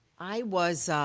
i was,